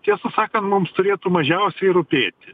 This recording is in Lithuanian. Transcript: tiesą sakant mums turėtų mažiausiai rūpėti